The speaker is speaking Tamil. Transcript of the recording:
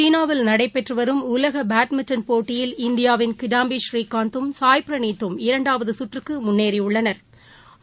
சீனாவில் நடைபெற்றுவரும் உலகபேட்மிண்டன் போட்டியில் இந்தியாவின் கிடாம்பி ஸ்ரீனந்த்தும் சாய் பிரணீத்தும் இரண்டாவதுசுற்றுக்குமுன்னேறியுள்ளனா்